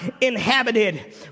inhabited